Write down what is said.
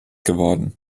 geworden